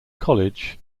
college